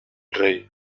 rei